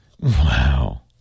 Wow